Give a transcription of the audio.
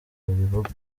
babivuga